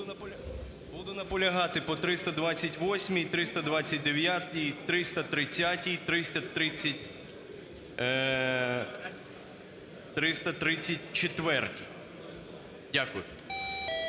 Буду наполягати по 328-й, 329-й, 330-й, 334-й. Дякую.